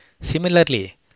Similarly